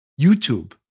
YouTube